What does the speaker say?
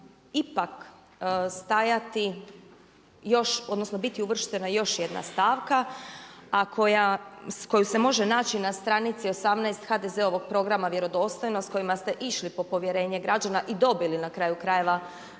ipak stajati još, odnosno biti uvrštena još jedna stavka a koju se može naći na stranici 18 HDZ-ovog programa vjerodostojnosti s kojima ste išli po povjerenje građana i dobili na kraju krajeva